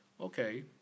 okay